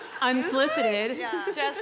Unsolicited